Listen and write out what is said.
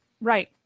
right